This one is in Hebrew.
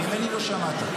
ממני לא שמעת.